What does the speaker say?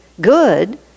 good